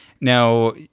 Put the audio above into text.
Now